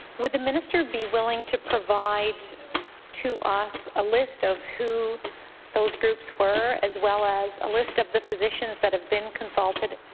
would the minister be willing to provide to us a list of who those groups were as well as a list of the physicians that have been consulted